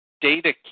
data